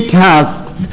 tasks